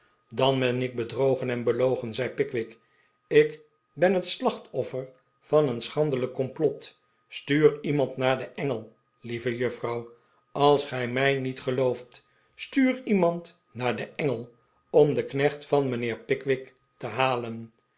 dan ben ik bedrogen en belogen zei pickwick ik ben het slachtoffer van een schandelijk complot stuur remand naar de engel lieve juffrouw als gij mij niet gelooft stuur iemand naar de engel om den knecht van mijnheer pickwick te halen